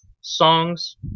songs